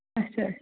اَچھا اَچھا